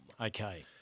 Okay